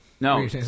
No